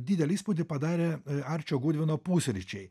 didelį įspūdį padarė arčio gudvino pusryčiai